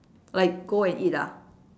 like go and eat ah